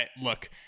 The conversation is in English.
look